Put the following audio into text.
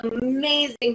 amazing